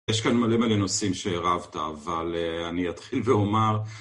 יש כאן מלא מלא נושאים שערבת, אבל אני אתחיל ואומר